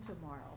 tomorrow